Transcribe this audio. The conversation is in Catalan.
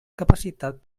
capacitat